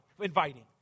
inviting